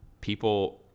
people